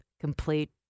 complete